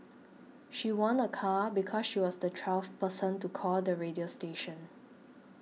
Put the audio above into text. she won a car because she was the twelfth person to call the radio station